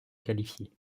qualifiés